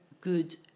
good